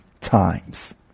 times